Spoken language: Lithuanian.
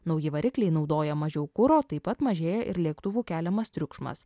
nauji varikliai naudoja mažiau kuro taip pat mažėja ir lėktuvų keliamas triukšmas